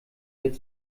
wird